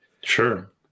Sure